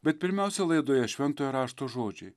bet pirmiausia laidoje šventojo rašto žodžiai